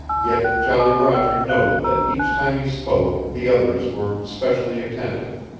yet jolly roger noted that each time he spoke the others were specially attentive.